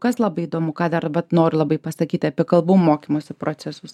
kas labai įdomu ką dar vat noriu labai pasakyt apie kalbų mokymosi procesus